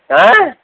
ଆଁ